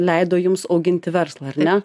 leido jums auginti verslą ar ne